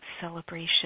celebration